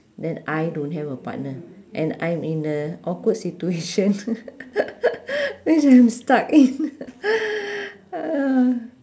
then I don't have a partner and I'm in a awkward situation which I'm stuck in